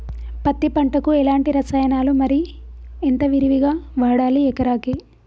పత్తి పంటకు ఎలాంటి రసాయనాలు మరి ఎంత విరివిగా వాడాలి ఎకరాకి?